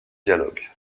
dialogues